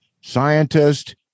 scientist